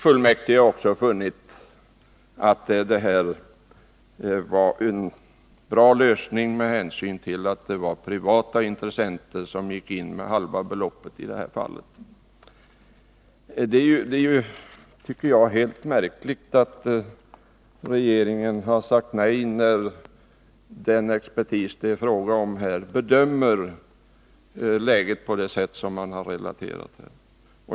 Fullmäktige har också funnit att detta var en bra lösning med hänsyn till att det var privata intressenter som gick in med halva beloppet i detta fall. Jag tycker att det är mycket märkligt att regeringen har sagt nej när den expertis det är fråga om här bedömer läget på det sätt som man har relaterat.